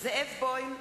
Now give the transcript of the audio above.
זאב בוים,